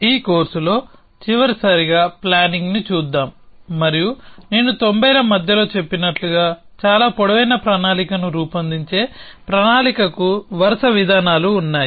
ఈ కోర్సులో చివరిసారిగా ప్లానింగ్ని చూద్దాం మరియు నేను తొంభైల మధ్యలో చెప్పినట్లుగా చాలా పొడవైన ప్రణాళికను రూపొందించే ప్రణాళికకు వరుస విధానాలు ఉన్నాయి